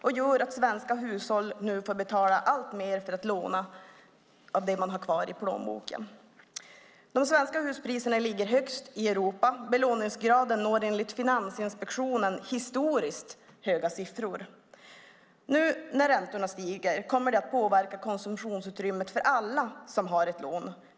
Det gör att svenska hushåll nu får betala alltmer av det man har kvar i plånboken för att låna. De svenska huspriserna ligger högst i Europa. Belåningsgraden når enligt Finansinspektionen historiskt höga siffror. Nu när räntorna stiger kommer det att påverka konsumtionsutrymmet för alla som har ett lån.